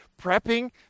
prepping